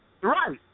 Right